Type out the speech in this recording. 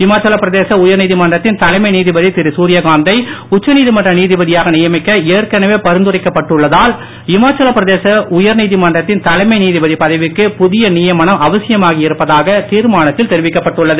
இமாச்சல பிரதேச உயர்நீதிமன்றத்தின் தலைமை நீதிபதி திரு சூர்யகாந்தை உச்சநீதிமன்ற நீதிபதியாக நியமிக்க ஏற்கனவே பரிந்துரைக்கப்பட்டுள்ளதால் இமாச்சல பிரதேச உயர்நீதிமன்றத்தின் தலைமை நீதிபதி பதவிக்கு புதிய நியமனம் அவசியமாகி இருப்பதாக தீர்மானத்தில் தெரிவிக்கப்பட்டுள்ளது